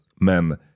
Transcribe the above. men